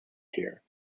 here